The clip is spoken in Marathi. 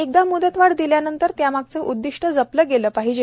एकदा म्दतवाढ दिल्यानंतर त्यामागचं उद्दिष्टं जपलं गेलं पाहिजे